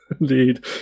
indeed